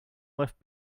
left